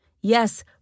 Yes